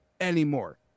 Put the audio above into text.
anymore